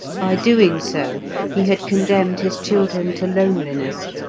by doing so he had condemned his children to loneliness,